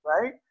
right